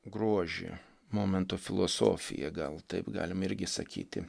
grožį momento filosofiją gal taip galim irgi sakyti